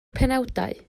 penawdau